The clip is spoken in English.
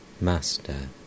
Master